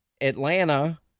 Atlanta